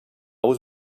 was